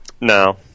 No